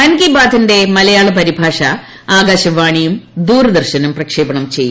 മൻ കി ബാത്തിന്റെ മലയാള പരിഭാഷ ആകാശവാണിയും ദൂരദർശനും പ്രക്ഷേപീണം ചെയ്യും